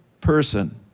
person